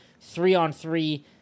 three-on-three